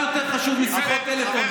זה קצת יותר חשוב משיחות טלפון.